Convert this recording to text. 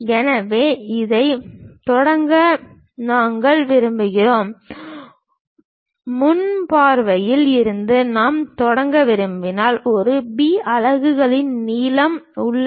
எனவே இதைத் தொடங்க நாங்கள் விரும்புகிறோம் முன் பார்வையில் இருந்து நான் தொடங்க விரும்பினால் ஒரு B அலகுகளின் நீளம் உள்ளது